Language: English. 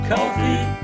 Coffee